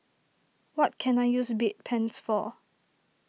what can I use Bedpans for